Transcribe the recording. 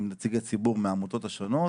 נציגי ציבור מהעמותות השונות,